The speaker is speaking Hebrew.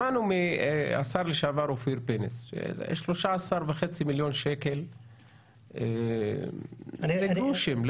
שמענו מהשר לשעבר אופיר פינס שיש 13.5 מיליון שקל וזה הרי גרושים.